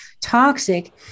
toxic